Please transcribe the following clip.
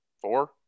Four